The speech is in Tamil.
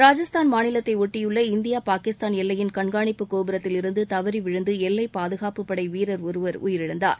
ராஜஸ்தான் மாநிலத்தை ஒட்டியுள்ள இந்திய பாகிஸ்தான் எல்லையின் கண்காணிப்பு கோபுரத்தில் இருந்து தவறி விழுந்து எல்லை பாதுகாப்பு படை வீரர் ஒருவர் உயிரிழந்தார்